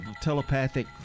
telepathic